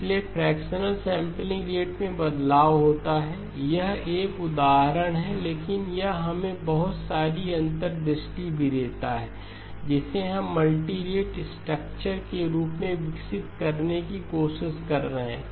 इसलिए fractional sampling rate में बदलाव होता है यह एक उदाहरण है लेकिन यह हमें बहुत सारी अंतर्दृष्टि भी देता है जिसे हम मल्टीरेट स्ट्रक्चर के रूप में विकसित करने की कोशिश कर रहे हैं